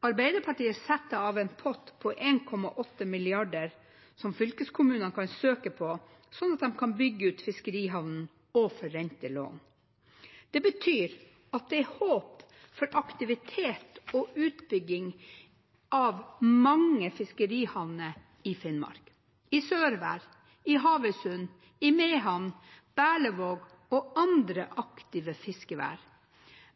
Arbeiderpartiet setter av en pott på 1,8 mrd. kr som fylkeskommunene kan søke på, slik at de kan bygge ut fiskerihavnene og forrente lån. Det betyr at det er håp for aktivitet og utbygging av mange fiskerihavner i Finnmark: i Sørvær, i Havøysund, i Mehamn, i Berlevåg og i andre aktive fiskevær.